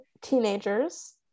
teenagers